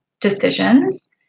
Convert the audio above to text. decisions